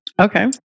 Okay